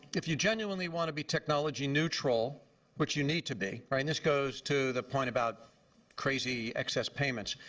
if you genuinely want to be technology neutral which you need to be and this goes to the point about crazy excess payments